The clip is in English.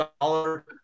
dollar